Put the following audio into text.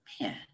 man